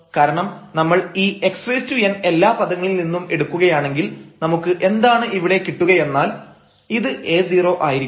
കാരണം നമ്മൾ ഈ xn എല്ലാ പദങ്ങളിൽ നിന്നും എടുക്കുകയാണെങ്കിൽ നമുക്ക് എന്താണ് ഇവിടെ കിട്ടുകയെന്നാൽ ഇത് a0 ആയിരിക്കും